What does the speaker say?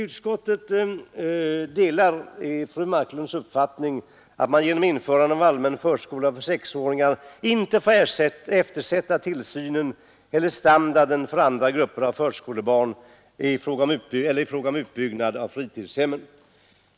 Utskottet delar fru Marklunds uppfattning att man genom införandet av en allmän förskola för sexåringar inte får eftersätta tillsynen eller standarden för andra grupper av förskolebarn och inte heller utbyggnaden av fritidshemmen.